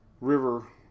River